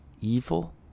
evil